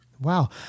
wow